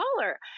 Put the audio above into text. taller